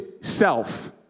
self